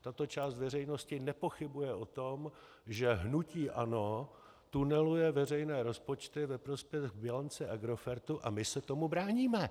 Tato část veřejnosti nepochybuje o tom, že hnutí ANO tuneluje veřejné rozpočty ve prospěch bilance Agrofertu, a my se tomu bráníme.